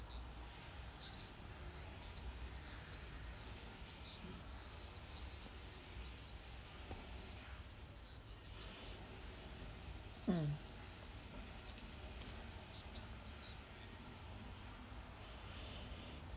mm